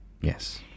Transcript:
Yes